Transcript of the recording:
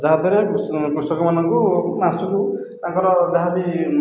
ଯାହାଦ୍ୱାରା କୃଷକ ମାନଙ୍କୁ ମାସକୁ ତାଙ୍କର ଯାହା ବି